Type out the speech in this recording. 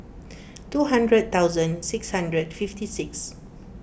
two hundred thousand six hundred fifty six